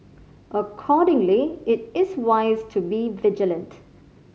accordingly it is wise to be vigilant